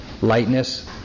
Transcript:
lightness